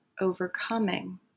overcoming